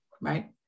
right